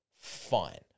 fine